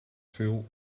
fill